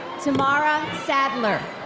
tamara saddler.